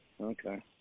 Okay